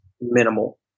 minimal